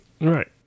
right